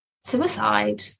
suicide